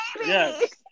Yes